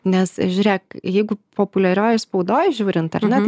nes žiūrėk jeigu populiarioj spaudoj žiūrint ar ne tai